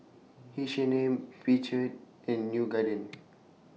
H and M Picard and New Garden